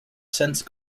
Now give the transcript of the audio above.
since